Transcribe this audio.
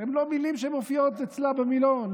הן לא מילים שמופיעות אצלה במילון,